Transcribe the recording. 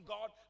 God